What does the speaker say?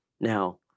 now